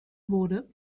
wurde